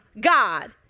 God